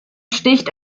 sticht